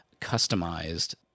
customized –